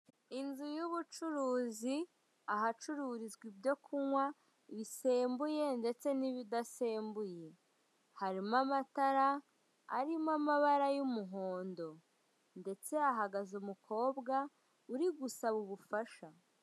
Inzu y'ubucuruzi, ahacururizwa ibyo kunywa bisembuye ndetse n'ibidasembuye, harimo amatara arimo amabara y'umuhondo ndetse hahagaze umukobwa uri gusaba ubufasha.